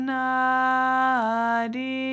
Nadi